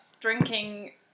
Drinking